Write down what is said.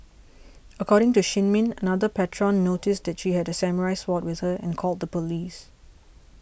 according to Shin Min another patron noticed that she had a samurai sword with her and called the police